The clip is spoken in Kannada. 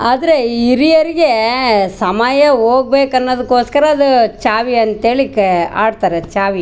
ಆದರೆ ಹಿರಿಯರಿಗೆ ಸಮಯ ಹೋಗ್ಬೇಕು ಅನ್ನೋದೋಕೋಸ್ಕರ ಅದು ಚಾವಿ ಅಂತೇಳಿಕ ಆಡ್ತಾರೆ ಚಾವಿ